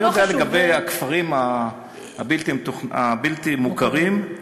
אני יודע לגבי הכפרים הבלתי-מוכרים, מוכרים.